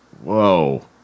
Whoa